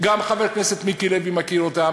גם חבר הכנסת מיקי לוי מכיר אותם,